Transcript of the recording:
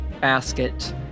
basket